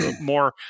more